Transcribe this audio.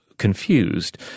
confused